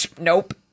Nope